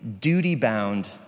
duty-bound